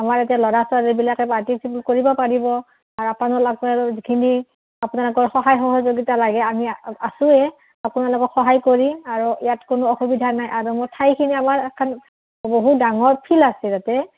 আমাৰ ইয়াতে ল'ৰা ছোৱালীবিলাকে পাৰ্টিচিপেট কৰিব পাৰিব আৰু আপোনাৰ আপোনালোক যিখিনি আপোনালোকৰ সহায় সহযোগীতা লাগে আমি আছোঁৱেই আপোনালোকক সহায় কৰি আৰু ইয়াত কোনো অসুবিধা নাই আৰু মোৰ ঠাইখিনি আমাৰ এখন বহু ডাঙৰ ফিল্ড আছে তাতে